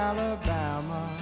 Alabama